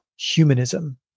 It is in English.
humanism